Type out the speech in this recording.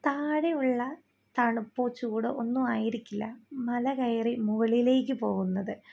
താഴെയുള്ള തണുപ്പോ ചുടോ ഒന്നും ആയിരിക്കില്ല മല കയറി മുകളിലേക്കു പോകുന്നത്